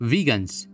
Vegans